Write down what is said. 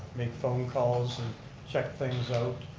make phone calls and check things out,